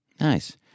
Nice